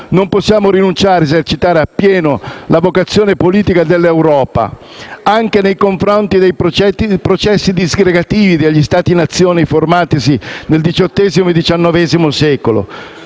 Non possiamo rinunciare ad esercitare appieno la vocazione politica dell'Europa, anche nei confronti dei processi disgregativi degli Stati-nazione formatisi nel XVIII e XIX secolo,